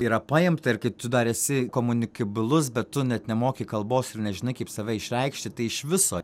yra paimta ir kaip tu dar esi komunikabilus bet tu net nemoki kalbos ir nežinai kaip save išreikšti tai iš viso